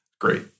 Great